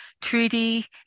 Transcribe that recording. treaty